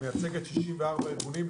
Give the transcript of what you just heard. מייצגת 64 ארגונים,